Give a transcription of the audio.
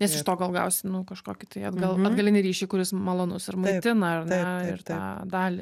nes iš to gal gausi nu kažkokį tai atgal atgalinį ryšį kuris malonus ir maitina ar ir tą dalį